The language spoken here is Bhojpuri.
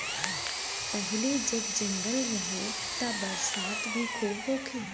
पहिले जब जंगल रहे त बरसात भी खूब होखे